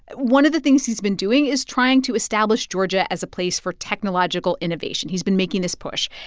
one of the things he's been doing is trying to establish georgia as a place for technological innovation. he's been making this push.